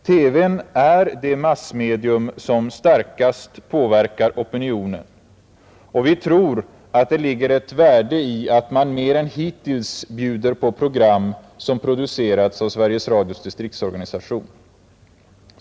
TV är det massmedium som starkast påverkar opinionen, och vi tror att det ligger ett värde i att man mer än hittills bjuder på program som producerats av Sveriges Radios distriktsorganisation.